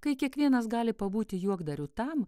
kai kiekvienas gali pabūti juokdariu tam